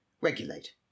regulate